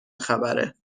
خبره